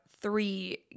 three